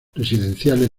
residenciales